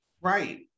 right